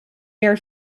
air